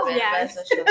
yes